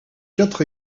quatre